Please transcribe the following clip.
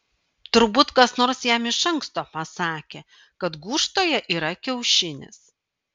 turbūt kas nors jam iš anksto pasakė kad gūžtoje yra kiaušinis